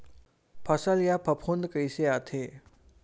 फसल मा फफूंद कइसे आथे?